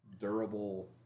durable